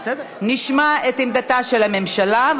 נשמע את עמדתה של הממשלה,